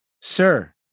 Sir